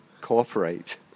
cooperate